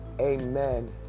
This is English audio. amen